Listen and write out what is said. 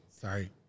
sorry